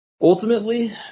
Ultimately